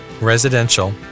residential